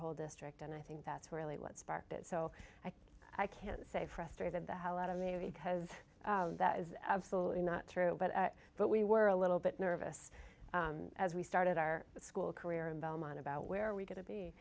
whole district and i think that's really what sparked it so i i can't say frustrated the hell out of me because that is absolutely not true but but we were a little bit nervous as we started our school career in belmont about where we got to be